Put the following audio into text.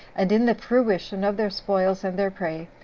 and in the fruition of their spoils and their prey,